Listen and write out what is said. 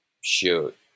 shoot